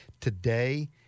Today